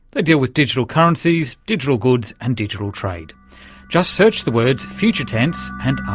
they deal with digital currencies, digital goods and digital trade just search the words future tense and